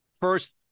First